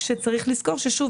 כשצריך לזכור שוב,